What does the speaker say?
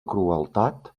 crueltat